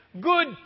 Good